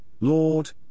Lord